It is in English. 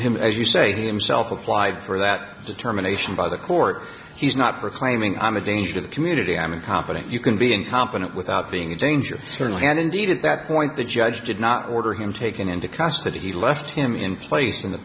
him as you say himself applied for that determination by the court he's not proclaiming i'm a danger to the community i'm incompetent you can be incompetent without being a danger certainly and indeed at that point the judge did not order him taken into custody he left him in place in the